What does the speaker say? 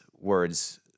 words